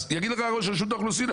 אז יגיד לך ראש רשות האוכלוסין,